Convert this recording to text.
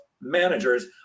managers